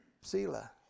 Selah